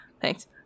thanks